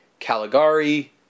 Caligari